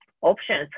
options